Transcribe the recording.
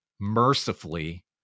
mercifully